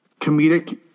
comedic